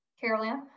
Carolyn